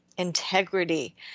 integrity